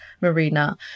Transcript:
Marina